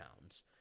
pounds